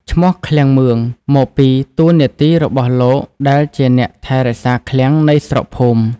ឈ្មោះ «ឃ្លាំងមឿង» មកពីតួនាទីរបស់លោកដែលជាអ្នកថែរក្សាឃ្លាំងនៃស្រុកភូមិ ។